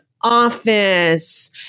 office